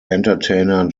entertainer